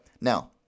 Now